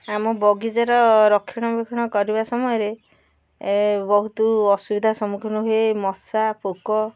ଆମ ବଗିଚାର ରକ୍ଷଣାବେକ୍ଷଣ କରିବା ସମୟରେ ବହୁତ ଅସୁବିଧା ସମ୍ମୁଖୀନ ହୁଏ ମଶା ପୋକ